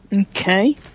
Okay